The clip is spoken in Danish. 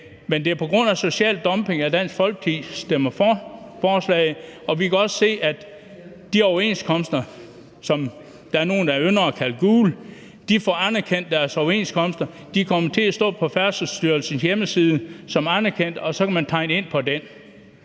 Men det er på grund af social dumping, at Dansk Folkeparti stemmer for forslaget, og vi kan også se, at de fagforeninger, som nogen ynder at kalde gule, får anerkendt deres overenskomster. De kommer til at stå på Færdselsstyrelsens hjemmeside som anerkendte, og så kan man tegne ind på den.